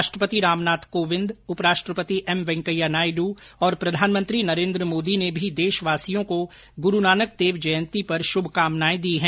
राष्ट्रपति रामनाथ कोविंद उप राष्ट्रपति एम वेंकैया नायडु और प्रधानमंत्री नरेन्द्र मोदी ने भी देशवासियों को गुरू नानक देव जयंती पर शुभकामनाएं दी हैं